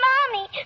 Mommy